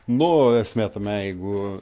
nu o esmė tame jeigu